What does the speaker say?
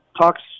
talks